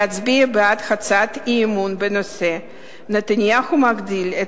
להצביע בעד הצעת אי-אמון בנושא: נתניהו מגדיל את